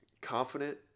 Confident